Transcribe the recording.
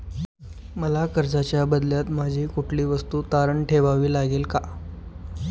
मला कर्जाच्या बदल्यात माझी कुठली वस्तू तारण ठेवावी लागेल का?